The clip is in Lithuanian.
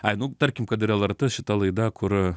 ai nu tarkim kad ir lrt šita laida kur